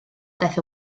daeth